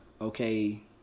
okay